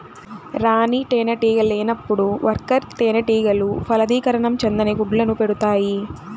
రాణి తేనెటీగ లేనప్పుడు వర్కర్ తేనెటీగలు ఫలదీకరణం చెందని గుడ్లను పెడుతాయి